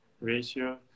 ratio